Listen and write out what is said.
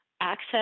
access